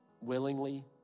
Willingly